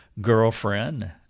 girlfriend